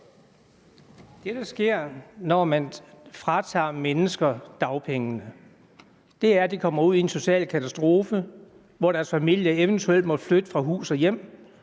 Det, der sker, når man fratager mennesker dagpengene, er, at de kommer ud i en social katastrofe, hvor deres familie eventuelt må flytte fra hus og hjem,